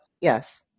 Yes